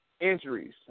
injuries